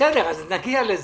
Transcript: עוד נגיע לזה.